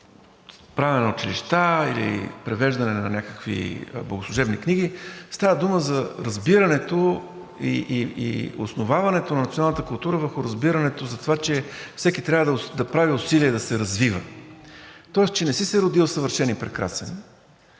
правене на училища или превеждане на някакви богослужебни книги, а става дума за разбирането и основаването на националната култура върху разбирането за това, че всеки трябва да прави усилие да се развива, тоест, че не си се родил съвършен и прекрасен,